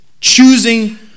Choosing